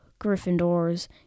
Gryffindors